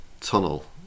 tunnel